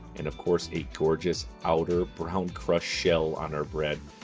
and, of course, a gorgeous, outer brown crust shell on our bread,